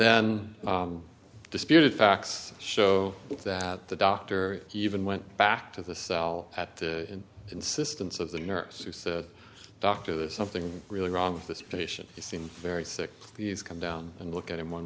then disputed facts show that the doctor even went back to the cell at the insistence of the nurse who said dr there's something really wrong with this patient he seemed very sick these come down and look at him one